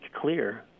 clear